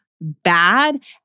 bad